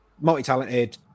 multi-talented